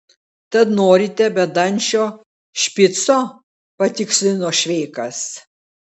tad norite bedančio špico patikslino šveikas